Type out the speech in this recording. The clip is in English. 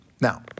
Now